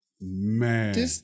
man